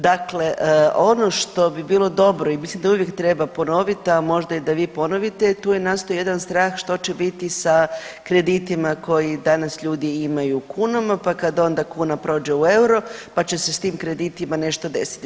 Dakle, ono što bi bilo dobro i mislim da uvijek treba ponovit, a možda i da vi ponovite tu je nastao jedan strah što će biti sa kreditima koji danas ljudi imaju u kunama, pa kad ona kuna prođe u euro pa će se s tim kreditima nešto desiti.